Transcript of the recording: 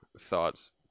thoughts